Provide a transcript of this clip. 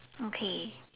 okay